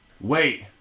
Wait